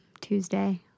Tuesday